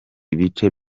ibice